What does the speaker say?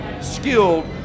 skilled